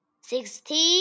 sixty